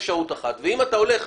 עכשיו אני חייב להתכנס